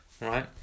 right